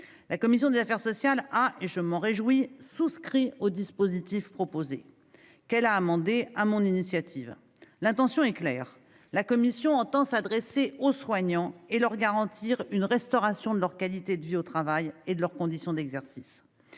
La commission des affaires sociales- je m'en réjouis -a souscrit au dispositif proposé, qu'elle a amendé sur mon initiative. L'intention est claire : la commission entend s'adresser aux soignants et leur garantir une restauration de leur qualité de vie au travail et de leurs conditions d'exercice.